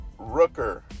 Rooker